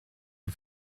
die